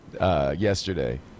yesterday